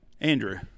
Andrew